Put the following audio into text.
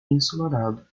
ensolarado